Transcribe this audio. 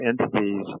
entities